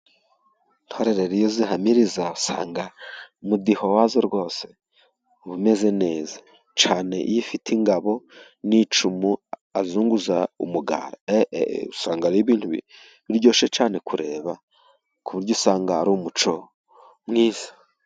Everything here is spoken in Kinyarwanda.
Intore rero iyo zihamiriza usanga umudiho wazo rwose uba umeze neza, cyane iyo ifite ingabo n'icumu izunguza umugara, usanga ari ibintu biryoshe cyane kureba, ku buryo usanga ari umuco mwiza.